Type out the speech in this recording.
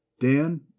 Dan